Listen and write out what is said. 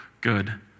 good